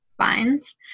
vines